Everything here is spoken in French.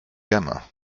gamin